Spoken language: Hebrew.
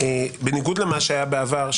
בניגוד למה שהיה בעבר,